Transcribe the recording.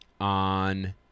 on